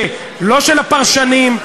לא של הפרשנים,